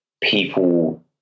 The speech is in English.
people